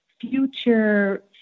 future